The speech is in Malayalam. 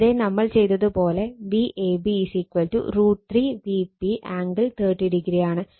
ഇവിടെ നമ്മൾ ചെയ്തത് പോലെ Vab √3 Vp ആംഗിൾ 30o ആണ്